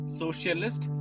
socialist